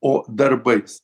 o darbais